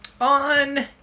on